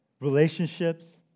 relationships